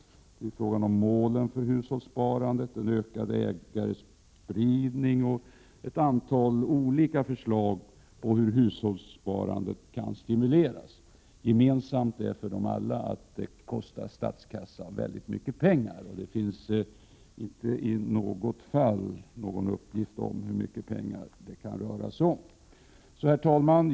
Reservationerna tar upp målen för hushållssparandet, en ökad ägarspridning och ett antal förslag om hur hushållssparandet kan stimuleras. Gemensamt för alla dessa förslag är att de kostar statskassan mycket pengar. Inte i något fall finns det någon uppgift om hur mycket pengar det kan röra sig om. Herr talman!